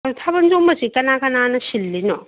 ꯊꯥꯕꯜ ꯆꯣꯡꯕꯁꯤ ꯀꯅꯥ ꯀꯅꯥꯅ ꯁꯤꯟꯂꯤꯅꯣ